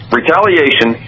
retaliation